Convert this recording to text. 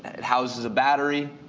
and it houses a battery,